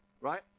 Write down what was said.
right